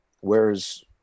Whereas